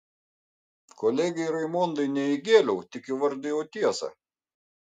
kolegei raimondai ne įgėliau tik įvardijau tiesą